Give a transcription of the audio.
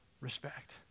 respect